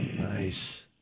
Nice